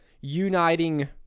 uniting